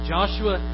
Joshua